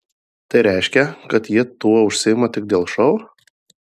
tai reiškia kad jie tuo užsiima tik dėl šou